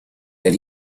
that